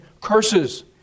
curses